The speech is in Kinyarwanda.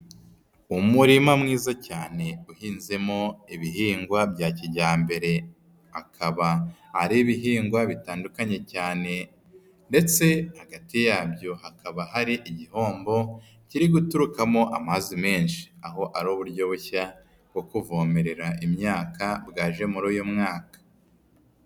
Umurima mwiza cyane uhinzemo ibihingwa bya kijyambere, akaba ari ibihingwa bitandukanye cyane ndetse hagati yabyo hakaba hari igihombo kiri guturukamo amazu menshi, aho ari uburyo bushya bwo kuvomerera imyaka bwaje muri uyu mwaka.